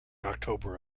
october